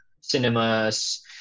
cinemas